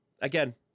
Again